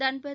Dhanbad